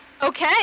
Okay